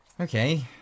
Okay